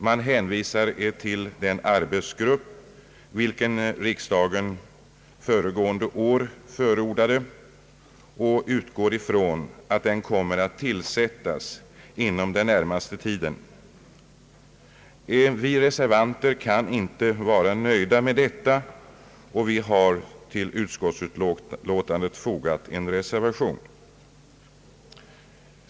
Man hänvisar till den arbetsgrupp vars tillsättande riksdagen föregående år förordade och utgår från att den kommer att tillsättas inom den närmaste tiden. Detta kan vi emellertid inte vara nöjda med. En reservation har därför fogats till utlåtandet.